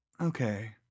okay